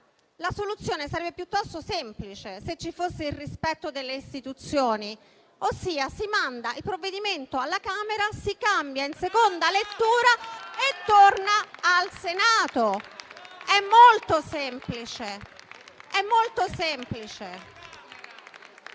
La soluzione sarebbe piuttosto semplice, se ci fosse il rispetto delle istituzioni. Si manda il provvedimento alla Camera, lo si modifica in seconda lettura e torna al Senato. È molto semplice!